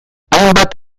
hainbat